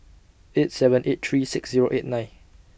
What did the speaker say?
eight seven eight three six Zero eight nine